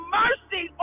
mercy